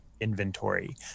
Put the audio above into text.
inventory